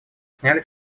сняли